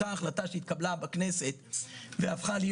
אותה החלטה שהתקבלה בכנסת והפכה להיות